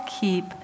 keep